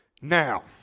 Now